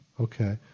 Okay